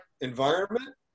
environment